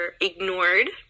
ignored